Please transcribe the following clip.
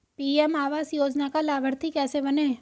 PM आवास योजना का लाभर्ती कैसे बनें?